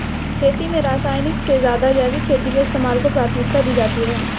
खेती में रासायनिक से ज़्यादा जैविक खेती के इस्तेमाल को प्राथमिकता दी जाती है